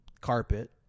carpet